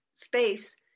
space